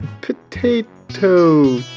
potato